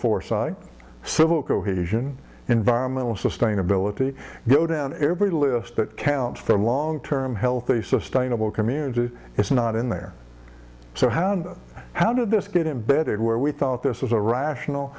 foresight civil cohesion environmental sustainability go down every list that counts for a long term healthy sustainable community is not in there so how did how did this get imbedded where we thought this was a rational